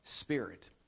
Spirit